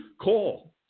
call